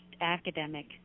academic